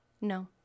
No